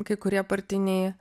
kai kurie partiniai